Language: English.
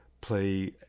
play